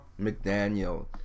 McDaniel